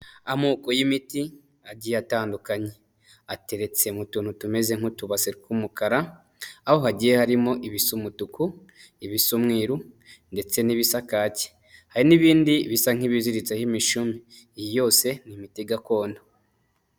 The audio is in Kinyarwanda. Amoko y'imiti agiye atandukanye ateretse mu tuntu tumeze nk'utubase tw'umukara, aho hagiye harimo ibis’umutuku, ibis’umweru ndetse n'ibisa kaki, hari n'ibindi bisa nk'ibiziritseho imishumi. Iyi yose ni imiti gakondo.